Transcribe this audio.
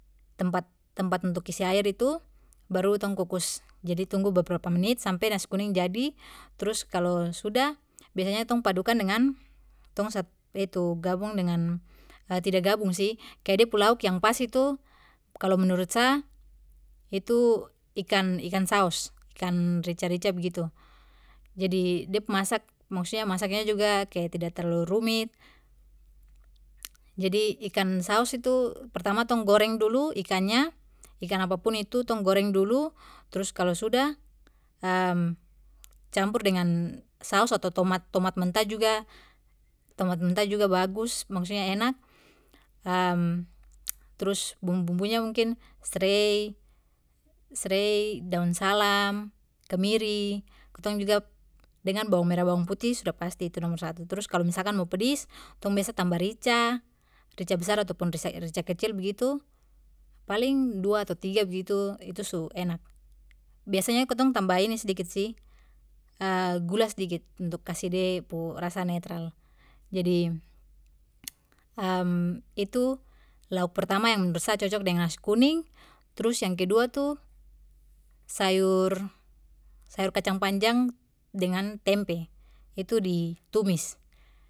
Tempat tempat untuk isi air itu baru tong kukus jadi tunggu beberapa menit sampe nasi kuning jadi trus kalo sudah biasa tong padukan dengan tong itu gabung dengan tidak gabung sih kaya de pu lauk yang pas itu kalo menurut sa itu ikan ikan saos ikan rica rica begitu jadi de pu masak maksudnya masak juga kaya tidak terlalu rumit jadi ikan saos itu pertama tuh tong goreng dulu ikannya ikan apapun itu tong goreng dulu trus kalo sudah campur dengan saos atau tomat tomat mentah juga tomat mentah juga bagus maksudnya enak trus bumbu bumbunya mungkin srei srei daun salam kemiri tong juga dengan bawang merah bawang putih sudah pasti itu nomor satu trus kalo misalkan mau pedis tong biasa tambah rica rica besar ataupun rica kecil begitu paling dua atau tiga begitu itu su enak biasanya kitong tambah ini sedikit sih gula sedikit untuk kasih de pu rasa netral jadi itu lauk pertama yang menurut sa cocok deng nasi kuning trus yang kedua tuh sayur kacang panjang dengan tempe itu di tumis